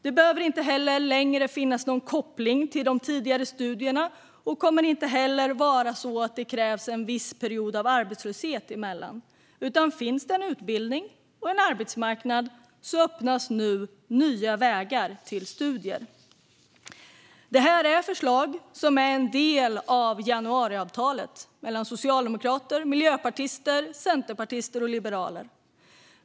Det behövs inte heller längre någon koppling till tidigare studier, och det kommer inte längre att krävas en period av arbetslöshet emellan. Finns det en utbildning och en arbetsmarknad ges det nu nya vägar till studier. Dessa förslag är en del av januariavtalet mellan Socialdemokraterna, Miljöpartiet, Centerpartiet och Liberalerna.